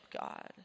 God